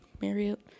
Marriott